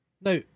now